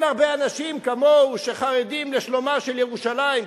שאין הרבה אנשים כמוהו שחרדים לשלומה של ירושלים,